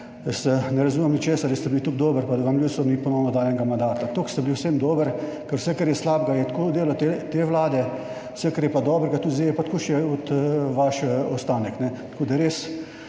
ne razumem ničesar – če ste bili tako dobri, pa da vam ljudstvo ni ponovno dalo enega mandata. Toliko ste bili v vsem dobri, ker vse, kar je slabega, je tako delo te vlade, vse kar je pa dobrega tudi zdaj, je pa tako še od vaše ostanek. Tako da res